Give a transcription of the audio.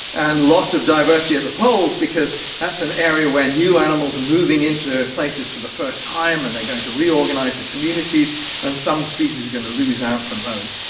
and loss of diversity at the poles because that's an area where new animals are moving into places for the first time and they are going to reorganise the communities and some species are going to lose out from those.